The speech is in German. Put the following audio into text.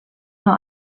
nur